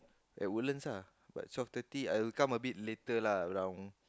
at Woodlands ah but twelve thirty I will come a bit later lah around